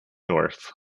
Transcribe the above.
north